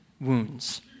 wounds